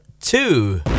two